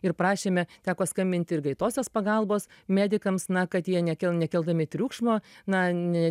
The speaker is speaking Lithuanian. ir prašėme teko skambinti ir greitosios pagalbos medikams na kad jie nekel nekeldami triukšmo na n